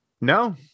No